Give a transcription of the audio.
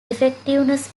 effectiveness